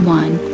one